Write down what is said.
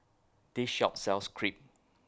This Shop sells Crepe